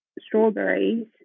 strawberries